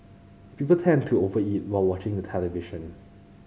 people tend to over eat while watching the television